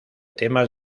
temas